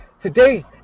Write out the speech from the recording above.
Today